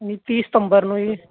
ਹੈਂ ਜੀ ਤੀਹ ਸਿਤੰਬਰ ਨੂੰ ਜੀ